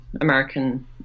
American